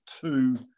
two